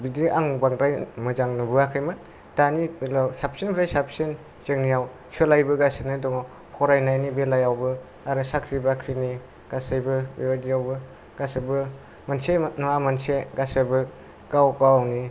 बिदि आं बांद्राय मोजां नुबोआखैमोन साबसिनिफ्राय साबसिन जोंनियाव सोलाय बोगासिनि दङ फरायनायनि बेलायाव आरो साख्रि बाख्रिनि बेबादियावबो गासिबो मोनसे नङा मोनसे गासिबो गाव गावनि